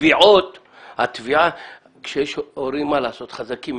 שכשיש הורים חזקים,